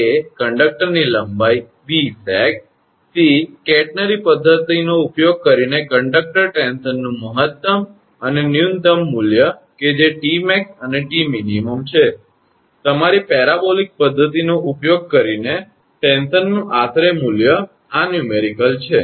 a conductor ની લંબાઈ b sag c catenary પદ્ધતિનો ઉપયોગ કરીને કંડકટર ટેન્શનનું મહત્તમ અને ન્યૂનતમ મૂલ્ય કે જે 𝑇𝑚𝑎𝑥 અને 𝑇𝑚𝑖𝑛 છે d તમારી પેરાબોલિક પદ્ધતિનો ઉપયોગ કરીને ટેન્શન નું આશરે મૂલ્ય આ દાખલો છે